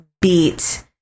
beat